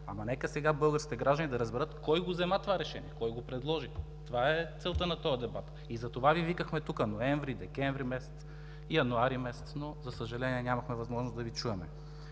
Ама, нека сега българските граждани да разберат кой взе това решение, кой го предложи? Това е целта на този дебат и затова Ви викахме тук ноември, декември месец, януари месец, но, за съжаление, нямахме възможност да Ви чуем.